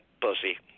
pussy